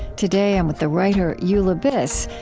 today, i'm with the writer eula biss,